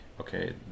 okay